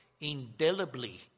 indelibly